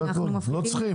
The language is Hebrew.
אנחנו מפחיתים.